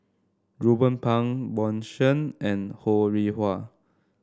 Ruben Pang Bjorn Shen and Ho Rih Hwa